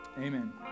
Amen